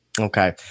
Okay